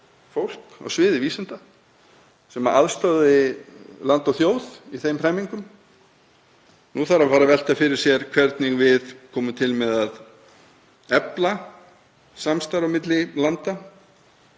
fólk á sviði vísinda sem aðstoðaði land og þjóð í þeim hremmingum. Nú þarf að fara að velta fyrir sér hvernig við komum til með að efla samstarf á milli landa